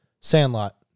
Sandlot